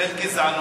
בין גזענות.